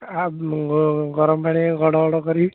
ଆ ଗରମ ପାଣିରେ ଘଡ଼ଘଡ଼ କରିବି